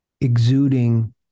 exuding